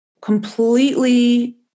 completely